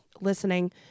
listening